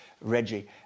Reggie